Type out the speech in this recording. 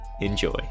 enjoy